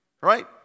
Right